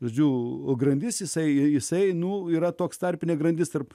žiū grandis jisai jisai nu yra toks tarpinė grandis tarp